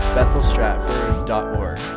BethelStratford.org